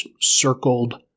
circled